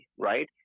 right